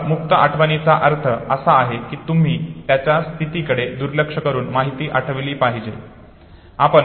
मुळात मुक्त आठवणीचा अर्थ असा आहे की तुम्ही त्याच्या स्थिती कडे दुर्लक्ष करून माहिती आठवली पाहिजे